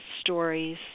stories